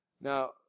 Now